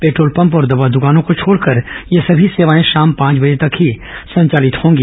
petrol pump और दवा दुकानों को छोड़कर ये समी सेवाए शाम पांच बजे तक ही संचालित होंगी